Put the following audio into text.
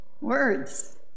Words